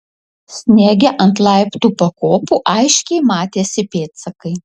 sniege ant laiptų pakopų aiškiai matėsi pėdsakai